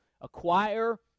acquire